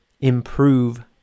improve